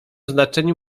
znaczeniu